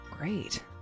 Great